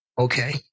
okay